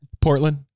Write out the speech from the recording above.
Portland